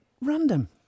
random